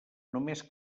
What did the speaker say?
només